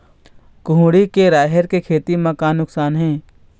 कुहड़ी के राहेर के खेती म का नुकसान हे?